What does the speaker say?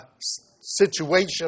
situation